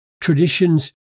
traditions